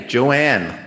Joanne